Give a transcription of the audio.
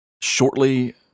Shortly